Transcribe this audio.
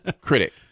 critic